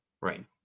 right